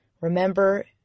remember